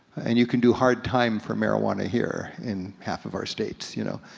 and you can do hard time for marijuana here in half of our states, you know.